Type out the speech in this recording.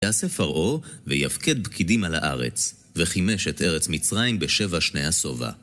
יעשה פרעה, ויפקד פקידים על הארץ, וחימש את ארץ מצרים בשבע שני השובע.